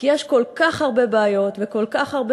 כי יש כל כך הרבה בעיות וכל כך הרבה